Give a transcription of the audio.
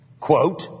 quote